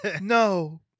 No